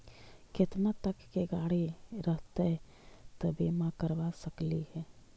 केतना तक के गाड़ी रहतै त बिमा करबा सकली हे?